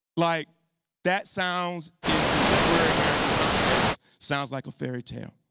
like that sounds in contemporary american context sounds like a fairy tale.